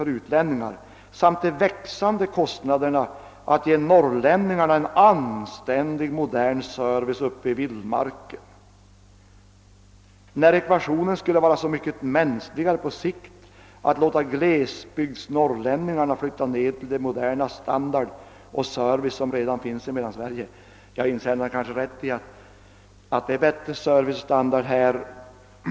för utlänningarna samt de växande kostnaderna att ge norrlänningarna en anständig modern service uppe i vildmarken. När ekvationen skulle vara så mycket MÄNSKLIGARE PA SIKT att låta glesbygds-norrlänningarna flytta ned till den moderna standard och service som redan finns i Mellansverige.» — Ja, insändaren har kanske rätt i att det är bättre servicestandard här.